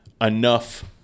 enough